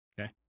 Okay